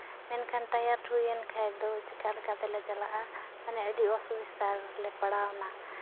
ᱢᱮᱱᱠᱷᱟᱱ ᱴᱟᱭᱟᱨ ᱴᱷᱩᱭᱮᱱ ᱠᱷᱟᱡ ᱫᱚ ᱪᱮᱠᱟᱞᱮᱠᱟ ᱛᱮᱞᱮ ᱪᱟᱞᱟᱜᱼᱟ ᱢᱟᱱᱮ ᱟᱹᱰᱤ ᱟᱥᱩᱵᱤᱛᱟ ᱨᱮᱞᱮ ᱯᱟᱲᱟᱣᱮᱱᱟ